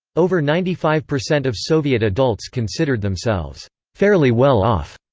over ninety five percent of soviet adults considered themselves fairly well off.